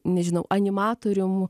nežinau animatorium